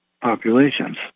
populations